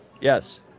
Yes